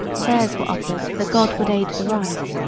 prayers were offered that god would aid the right.